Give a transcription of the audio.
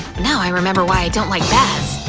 now i remember why i don't like baths.